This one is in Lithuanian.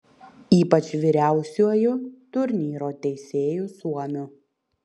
ypač vyriausiuoju turnyro teisėju suomiu